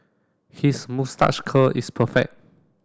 his moustache curl is perfect